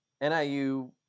NIU